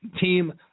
team